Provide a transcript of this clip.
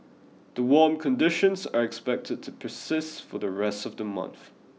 the warm conditions are expected to persist for the rest of the month